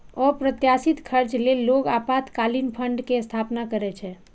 अप्रत्याशित खर्च लेल लोग आपातकालीन फंड के स्थापना करै छै